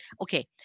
Okay